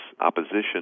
opposition